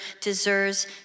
deserves